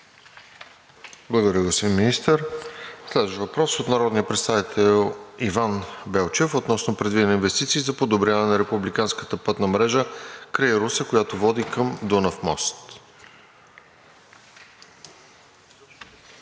Благодаря, господин Министър. Следващият въпрос е от народния представител Иван Белчев относно предвидени инвестиции за подобряване на републиканската пътна мрежа край Русе, която води към Дунав мост.